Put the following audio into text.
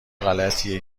غلطیه